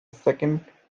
second